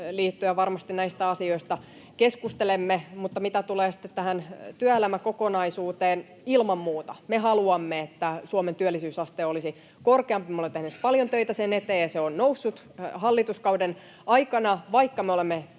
liittyen varmasti näistä asioista keskustelemme. Mutta mitä tulee sitten tähän työelämäkokonaisuuteen: Ilman muuta me haluamme, että Suomen työllisyysaste olisi korkeampi. Me olemme tehneet paljon töitä sen eteen, ja se on noussut hallituskauden aikana. Vaikka me olemme